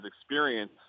experience